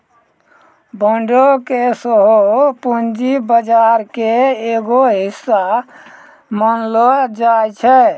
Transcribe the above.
बांडो के सेहो पूंजी बजार के एगो हिस्सा मानलो जाय छै